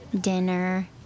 dinner